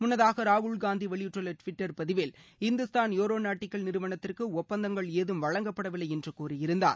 முன்னதாக ராகுல்காந்தி வெளியிட்டுள்ள டுவிட்டர் பதிவில் இந்துஸ்தான் ஏரோநாட்டிக்கல் நிறுவனத்திற்கு ஒப்பந்தங்கள் ஏதும் வழங்கப்படவில்லை என்று கூறியிருந்தார்